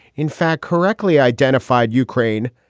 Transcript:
in fact, correctly identified ukraine,